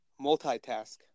Multitask